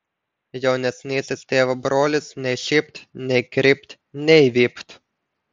jaunesnysis tėvo brolis nei šypt nei krypt nei vypt